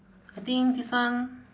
I think this one